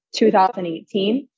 2018